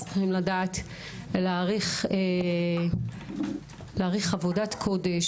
צריכים לדעת להעריך עבודת קודש,